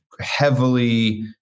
heavily